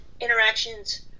interactions